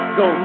go